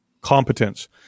competence